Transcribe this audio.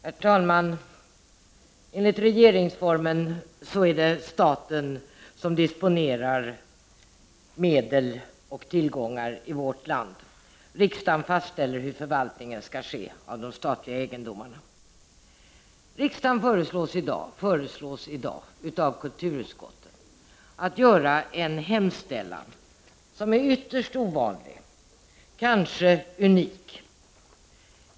Herr talman! Enligt regeringsformen är det staten själv som beslutar om sin egendom. Riksdagen fastställer hur förvaltningen skall ske av de statliga egendomarna. Riksdagen föreslås i dag av kulturutskottet att göra en hemställan som är ytterst ovanlig, kanske unik.